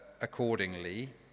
accordingly